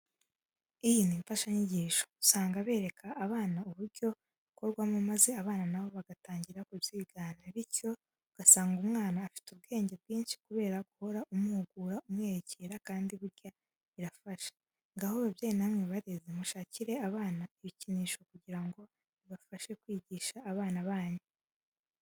Iyi ni imfashanyigisho usanga bereka abana uburyo bikorwamo maze abana na bo bagatangira kubyigana, bityo ugasanga umwana afite ubwenge bwinshi kubera guhora umuhugura umwerekera kandi burya birafasha. Ngaho babyeyi namwe barezi mushakire abana ibikinisho kugira ngo bibafashe kwigisha abana banyu.